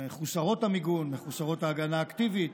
מחוסרות המיגון, מחוסרות ההגנה האקטיבית,